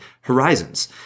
horizons